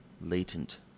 latent